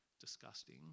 disgusting